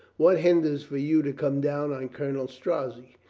what hinders for you to come down on colonel strozzi?